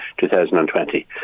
2020